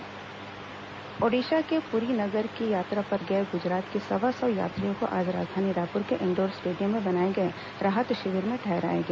फोनी तुफान राहत ओड़िशा के पुरी नगर की यात्रा पर गए गुजरात के सवा सौ यात्रियों को आज राजधानी रायपुर के इंडोर स्टेडियम में बनाए गए राहत शिविर में ठहराया गया